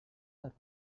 are